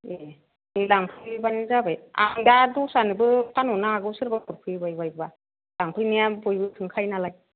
ए दे लांफैयोब्लानो जाबाय आं दा दस्रानोबो फानहरनो हागौ सोरबाफोर फैबाय बायबा लांफैनाया बयबो सोंखायो नालाय